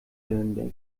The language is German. nürnberg